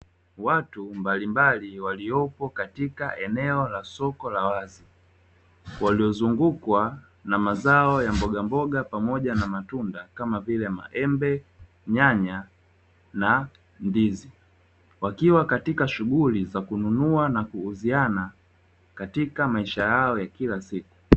Watu mbalimbali waliopo katika eneo la soko la wazi, waliozungukwa na mazao ya mbogamboga pamoja na matunda kama vile: maembe, nyanya, na ndizi. Wakiwa katika shughuli za kununua na kuuziana katika maisha yao ya kila siku.